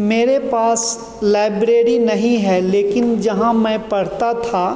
मेरे पास लाइब्रेरी नहीं है लेकिन जहाँ मैं पढ़ता था